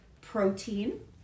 protein